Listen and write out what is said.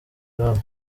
iwabo